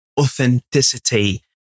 authenticity